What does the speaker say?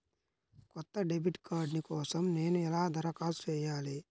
కొత్త debit card కోసం నేను ఎలా దరఖాస్తు చేయాలి?